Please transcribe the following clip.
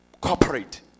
corporate